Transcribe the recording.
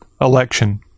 election